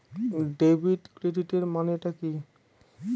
Debit ক্রেডিটের মানে টা কি?